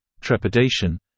trepidation